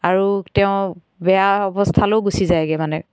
আৰু তেওঁ বেয়া অৱস্থালৈও গুচি যায়গৈ মানে